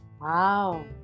wow